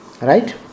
Right